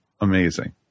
amazing